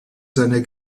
seiner